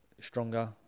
stronger